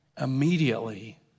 Immediately